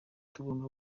tugomba